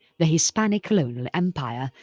the hispanic colonial empire,